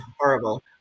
horrible